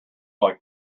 like